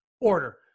order